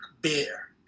beer